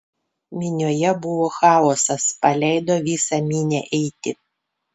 minioje buvo chaosas paleido visą minią eiti